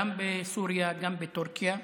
גם בסוריה, גם בטורקיה,